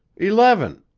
eleven!